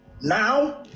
Now